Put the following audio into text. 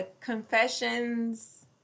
Confessions